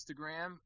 Instagram